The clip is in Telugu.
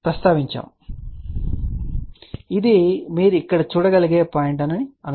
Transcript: కాబట్టి ఇది మీరు ఇక్కడ చూడగలిగే పాయింట్ అని అనుకుందాం